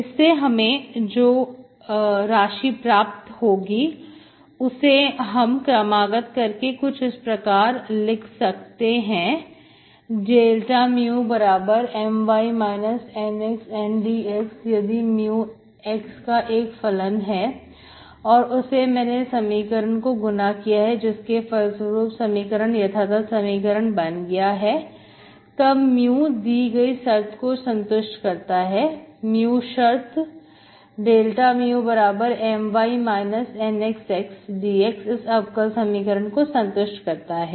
इससे हमें जो राशि प्राप्त होगी उसे हम क्रमागत करके कुछ इस प्रकार से लिख सकते हैं dμMy NxN dx यदि mu x का एक फलन है और उससे मैंने समीकरण को गुना किया है जिसके फलस्वरूप समीकरण यथातथ समीकरण बन गया है तब mu दी गई इस शर्त को संतुष्ट रहता है mu शर्त dμMy NxN dxइस अवकल समीकरण को संतुष्ट करता है